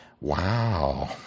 Wow